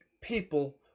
people